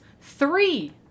Three